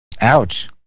Ouch